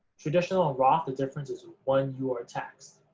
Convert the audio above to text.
traditional and roth, the difference is when you are taxed.